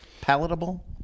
palatable